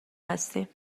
هستیم